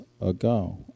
ago